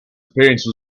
appearance